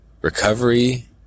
recovery